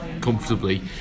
comfortably